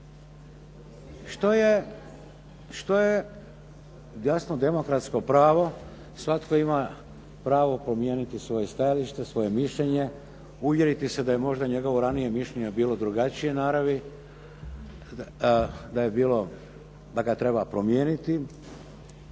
što je jasno demokratsko pravo, svatko ima pravo promijeniti svoje stajalište, svoje mišljenje, uvjeriti se da je možda njegovo ranije mišljenje bilo drugačije naravi, da je bilo, da ga treba promijeniti,